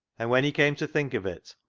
and when he came to think of it,